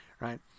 Right